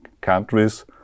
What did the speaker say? countries